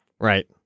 right